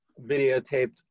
videotaped